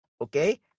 okay